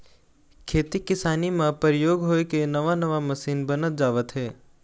खेती किसानी म परयोग होय के नवा नवा मसीन बनत जावत हे